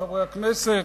חברי הכנסת,